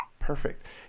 Perfect